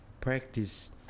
Practice